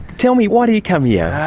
tell me, why do you come yeah